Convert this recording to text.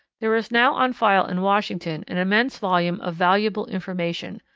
there is now on file in washington an immense volume of valuable information,